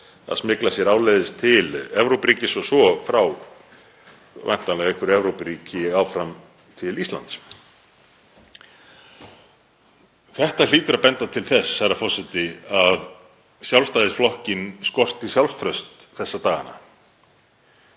að smygla sér áleiðis til Evrópuríkis og svo væntanlega frá einhverju Evrópuríki áfram til Íslands. Þetta hlýtur að benda til þess, herra forseti, að Sjálfstæðisflokkinn skorti sjálfstraust þessa dagana.